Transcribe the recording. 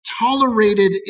tolerated